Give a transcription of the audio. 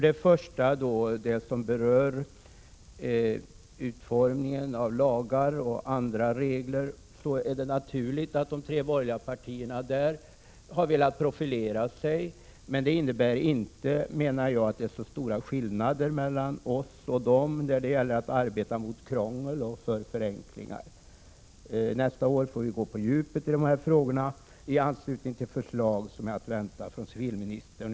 Beträffande det som berör omfattningen och utformningen av lagar och andra regler: Det är naturligt att de tre borgerliga partierna på den här punkten har velat profilera sig, men det innebär inte, menar jag, att det är så stora skillnader mellan oss och dem när det gäller att arbeta mot krångel och för förenklingar. Nästa år får vi gå på djupet i de här frågorna i anslutning till förslag som är att vänta från civilministern.